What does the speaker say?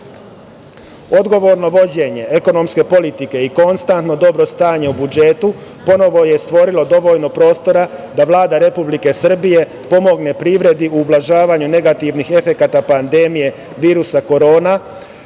Odgovorno vođenje ekonomske politike i konstantno dobro stanje u budžetu ponovo je stvorilo dovoljno prostora da Vlada Republike Srbije pomogne privredi u ublažavanju negativnih efekata pandemije virusa Korona,